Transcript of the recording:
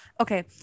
Okay